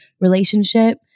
relationship